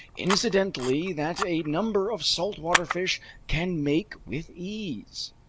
incidentally, that a number of saltwater fish can make with ease.